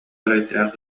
эрэйдээх